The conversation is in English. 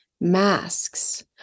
masks